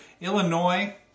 Illinois